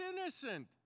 innocent